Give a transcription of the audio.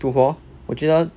to 活我觉得